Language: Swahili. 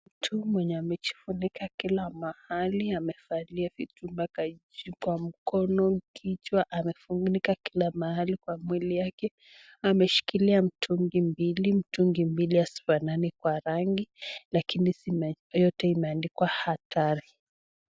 Mtu mwenye amejifunika kila mahali amevalia vitu mbaka kwa mkono, kichwa amefunika kila mahali kwa mwili yake. Ameshikilia mitungi mbili, mtungi mbili hazifanani kwa rangi lakini yote imeandikwa hatari.